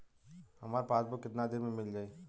हमार पासबुक कितना दिन में मील जाई?